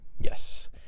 Yes